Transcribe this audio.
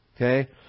Okay